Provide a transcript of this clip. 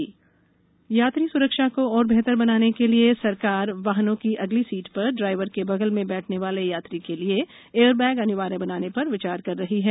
वाहन एयरबैग यात्री स्रक्षा को और बेहतर बनाने के लिए सरकार वाहनों की अगली सीट पर ड्राइवर के बगल में बैठने वाले यात्री के लिए एयरबैग अनिवार्य बनाने पर विचार कर रही है